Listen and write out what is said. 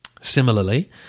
Similarly